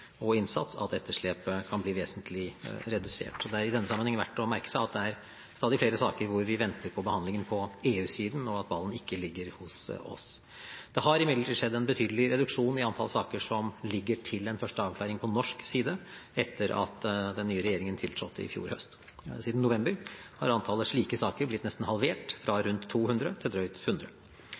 og innsats at etterslepet kan bli vesentlig redusert. Det er i denne sammenheng verdt å merke seg at det er stadig flere saker hvor vi venter på behandlingen på EU-siden, og at ballen ikke ligger hos oss. Det har imidlertid skjedd en betydelig reduksjon i antall saker som ligger til en første avklaring på norsk side etter at den nye regjeringen tiltrådte i fjor høst. Siden november har antallet slike saker blitt nesten halvert fra rundt 200 til drøyt 100.